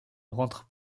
rentre